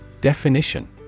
Definition